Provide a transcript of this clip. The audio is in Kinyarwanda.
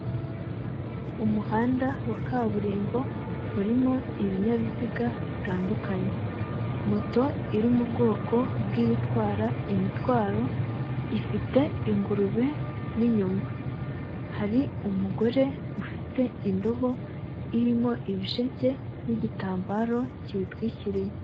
Umuhanda wa kaburimbo urimo ibinyabiziga bitandukanye, moto iri mu bwoko bw'ibitwara imitwaro ifite ingurube mo inyuma, hari umugore ufite indobo irimo ibisheke n'igitambaro kibitwikiriye.